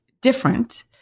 different